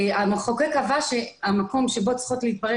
המחוקק קבע שהמקום שבו צריכות להתברר